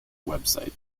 website